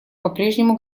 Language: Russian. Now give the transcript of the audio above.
попрежнему